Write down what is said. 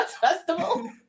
festival